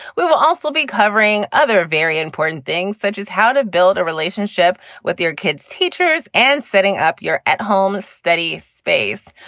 we will also be covering other very important things, such as how to build a relationship with your kids, teachers and setting up your at home study space.